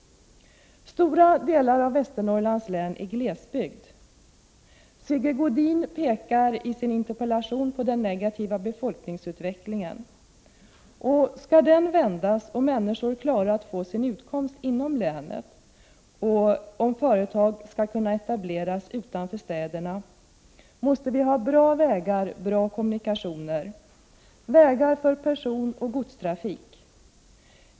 Stora delar av Västernorrlands län är glesbygd. Sigge Godin pekar i sin interpellation på den negativa befolkningsutvecklingen. Om den skall vändas, om människor skall klara att få sin utkomst inom länet och om företagsamhet skall kunna etableras utanför städerna, måste vi ha bra kommunikationer, bra vägar för personoch godstrafik.